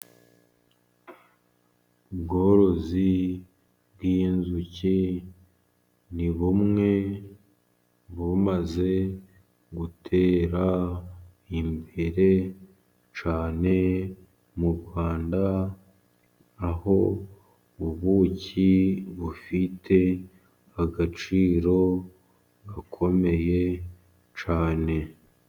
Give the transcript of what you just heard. Ubworozi bw'inzuki ni bumwe. Bumaze gutera imbere cyane mu Rwanda, aho ubuki bufite agaciro gakomeye cyane.